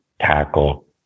tackle